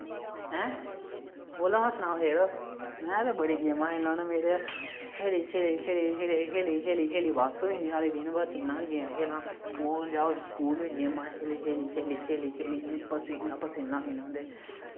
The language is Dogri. ऐ बोलो हां सनाओ यरो में ते बड़ियां गेमां खेलना होन्ना मेरे खेली खेली खेली खेली खेली बस होई जंदी सारी दिनभर किन्ना गै गेमा खेलनी स्कूल जाओ स्कूल बी गेमां खेली खेली खेली खेली खेली पसीना पसीना होई गेदे होन्ने